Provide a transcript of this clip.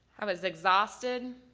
i was exhausted